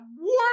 warm